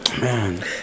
Man